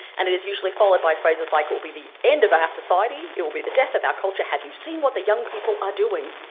and it is usually followed by phrases like it will be the end of our society, it will be the death of our culture, have you seen what the young people are doing.